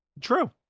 True